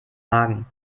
magen